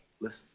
Listen